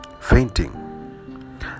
fainting